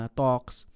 talks